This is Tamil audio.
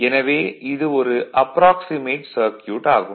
எனவே இது ஒரு அப்ராக்சிமேட் சர்க்யூட் ஆகும்